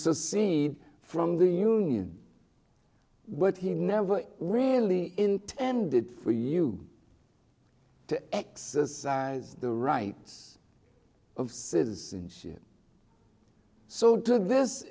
secede from the union but he never really intended for you to exercise the right of citizenship so to this